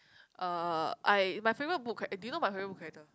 uh I my favourite book right eh do you know my favourite book character